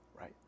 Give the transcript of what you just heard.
right